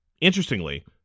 Interestingly